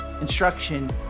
instruction